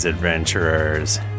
Adventurers